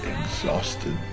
exhausted